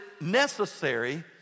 necessary